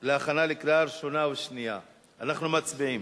בעד, 7. נגד, נמנעים,